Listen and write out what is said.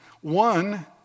One